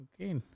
Okay